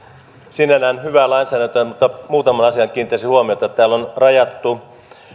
sinällään hyvää lainsäädäntöä mutta muutamaan asiaan kiinnittäisin huomiota täällä on rajattu näitten